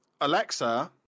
Alexa